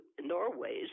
Norway's